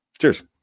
Cheers